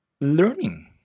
Learning